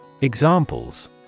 Examples